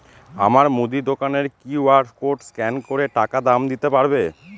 আমার মুদি দোকানের কিউ.আর কোড স্ক্যান করে টাকা দাম দিতে পারব?